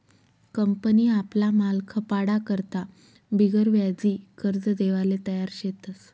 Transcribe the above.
company आपला माल खपाडा करता बिगरव्याजी कर्ज देवाले तयार शेतस